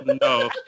no